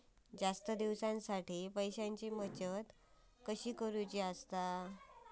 जास्त दिवसांसाठी पैशांची बचत कशी करायची?